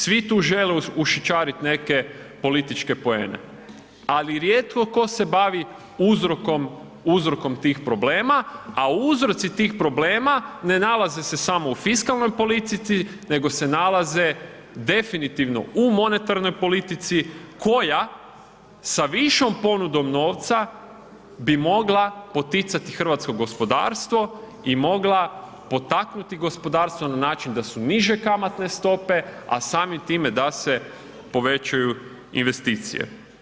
Svi tu žele ušićariti neke politike poene, ali rijetko tko se bavi uzrokom tih problema, a uzroci tih problema ne nalaze se samo u fiskalnoj politici nego se nalaze definitivno u monetarnoj politici koja sa višom ponudom novca bi mogla poticati hrvatsko gospodarstvo i mogla potaknuti gospodarstvo na način da su niže kamatne stope a samim time da se povećaju investicije.